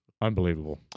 Unbelievable